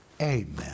amen